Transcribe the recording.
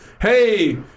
Hey